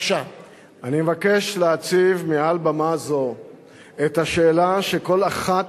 אני מבקש להציב מעל במה זו את השאלה שכל אחת